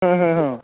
হুম হুম হুম